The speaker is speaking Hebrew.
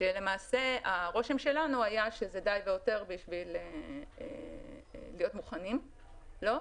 והרושם שלנו היה שזה די והותר בשביל להיות מוכנים לו.